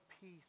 peace